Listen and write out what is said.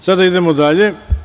Sada idemo dalje.